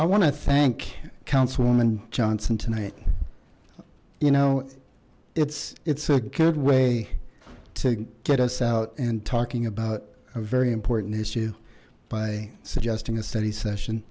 thank councilwoman johnson tonight you know it's it's a good way to get us out and talking about a very important issue by suggesting a study session